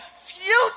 future